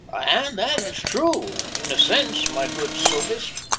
and that is true, in a sense, my good sophist.